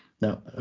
Now